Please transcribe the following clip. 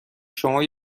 شما